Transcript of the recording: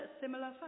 similar